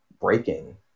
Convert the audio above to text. breaking